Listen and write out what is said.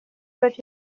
dans